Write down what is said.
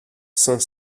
cinq